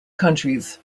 countries